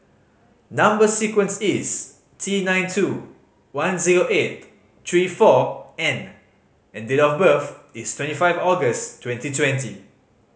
number sequence is T nine two one zero eight three four N and date of birth is twenty five August twenty twenty